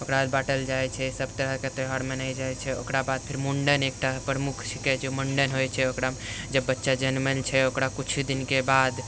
ओकरा बाँटल जाइ छै सब तरहके त्योहार मनाएल जाइ छै ओकरा बाद फेर मुण्डन एकटा मुख्य छिकै जे मुण्डन होइ छै ओकरामे जब बच्चा जन्मल छै ओकरा किछु दिनके बाद